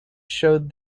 showed